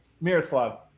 Miroslav